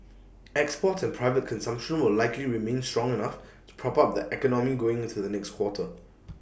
exports and private consumption will likely remain strong enough to prop up the economy going into the next quarter